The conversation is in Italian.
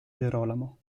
gerolamo